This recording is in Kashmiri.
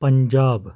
پنجاب